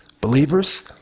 believers